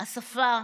השפה,